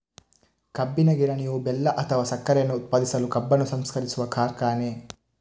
ಕಬ್ಬಿನ ಗಿರಣಿಯು ಬೆಲ್ಲ ಅಥವಾ ಸಕ್ಕರೆಯನ್ನ ಉತ್ಪಾದಿಸಲು ಕಬ್ಬನ್ನು ಸಂಸ್ಕರಿಸುವ ಕಾರ್ಖಾನೆ